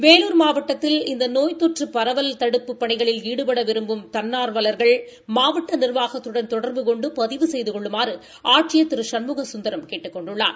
வேலூர் மாவட்டத்தில் இந்த நோய்த்தொற்று பரவல் பணிகளில் ஈடுபட விரும்பும் தன்னார்வலா்கள் மாவட்ட நிர்வாகத்துடன் தொடர்பு கொண்டு பதிவு செய்து கொள்ளுமாறு ஆட்சியர் திரு சண்முக சுந்தரம் கேட்டுக் கொண்டுள்ளார்